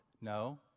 No